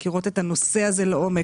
מכירות את הנושא הזה לעומק,